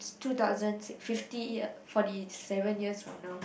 two thousand six fifty year forty seven years from now